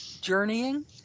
journeying